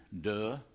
duh